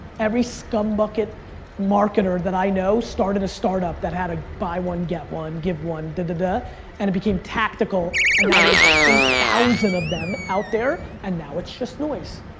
every scum bucket marketer that i know started a startup that had a buy one get one, give one, and and it became tactical and now there's eight thousand of them out there and now it's just noise.